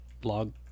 blog